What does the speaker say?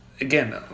again